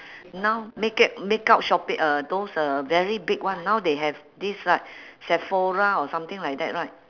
now makeup makeup shopping uh those uh very big one now they have this what sephora or something like that right